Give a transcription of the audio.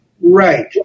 Right